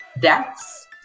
deaths